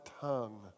tongue